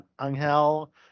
Angel